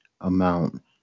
amount